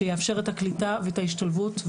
שיאפשר את הקליטה ואת ההשתלבות.